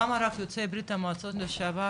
למה רק יוצאי בריה"מ לשעבר,